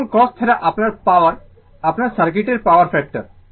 এবং cos θ আপনার power আপনার সার্কিটের পাওয়ার ফ্যাক্টর